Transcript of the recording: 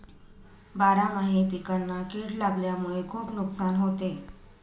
बारामाही पिकांना कीड लागल्यामुळे खुप नुकसान होते